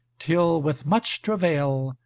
till, with much travail,